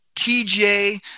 TJ